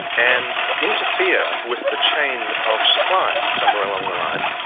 and interfere with the chain of supply somewhere along the line,